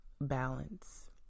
balance